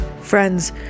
Friends